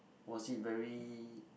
was it very